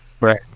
Right